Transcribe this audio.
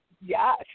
Yes